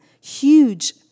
huge